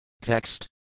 Text